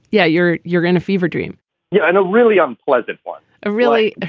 yeah you're you're going to fever dream yeah and a really unpleasant one really.